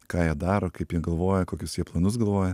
ką jie daro kaip jie galvoja kokius jie planus galvoja